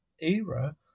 era